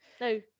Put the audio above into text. No